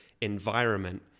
environment